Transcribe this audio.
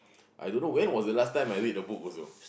I don't know when was the last time I read a book also